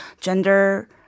gender